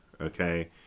okay